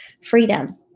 freedom